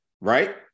right